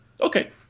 Okay